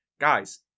guys